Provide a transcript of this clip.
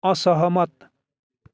असहमत